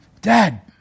Dad